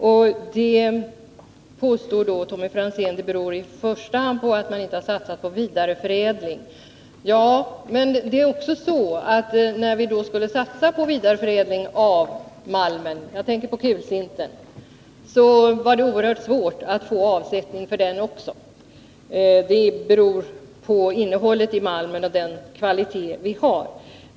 Det beror, påstår Tommy Franzén, i första hand på att man inte har satsat på vidareförädling. Ja, men när vi skulle satsa på vidareförädling av malmen var det oerhört svårt också att få avsättning för den — jag tänker på kulsintern. Det berodde på innehållet i malmen, på dess kvalitet.